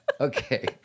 Okay